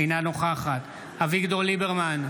אינה נוכחת אביגדור ליברמן,